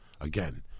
again